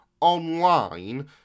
online